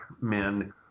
men